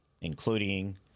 including